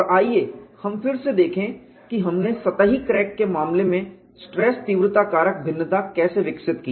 और आइए हम फिर से देखें कि हमने सतही क्रैक के मामले के लिए स्ट्रेस तीव्रता कारक भिन्नता कैसे विकसित की